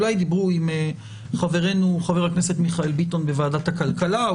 אולי דיברו עם חברנו חבר הכנסת מיכאל ביטון בוועדת הכלכלה,